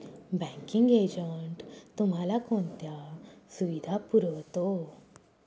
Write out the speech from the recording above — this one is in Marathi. बँकिंग एजंट तुम्हाला कोणत्या सुविधा पुरवतो?